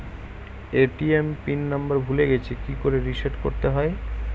ATM pin number ভুলে গেছি কি করে রিসেট করতে হয়?